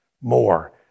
more